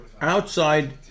Outside